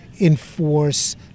enforce